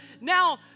now